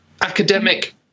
academic